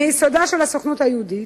מיסודה של הסוכנות היהודית.